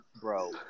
Bro